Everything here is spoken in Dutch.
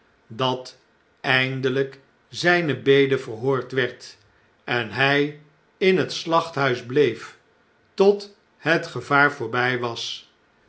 dat eindelijk zjjne bede verhoord werd en hij in het slachthuis bleef tot het gevaar voorbij was